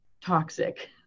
toxic